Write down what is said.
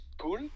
cool